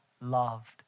loved